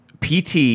pt